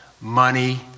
money